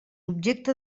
objecte